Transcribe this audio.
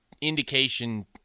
indication